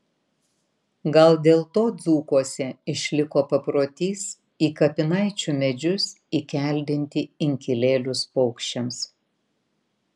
gal dėl to dzūkuose išliko paprotys į kapinaičių medžius įkeldinti inkilėlius paukščiams